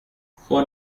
vor